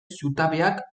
zutabeak